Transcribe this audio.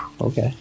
okay